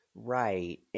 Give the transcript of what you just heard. right